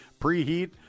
preheat